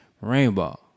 rainbow